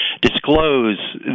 disclose